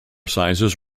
sizes